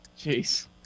Jeez